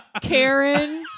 Karen